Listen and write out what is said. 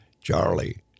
Charlie